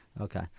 okay